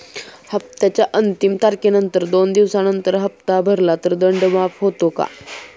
हप्त्याच्या अंतिम तारखेनंतर दोन दिवसानंतर हप्ता भरला तर दंड माफ होतो का?